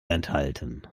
enthalten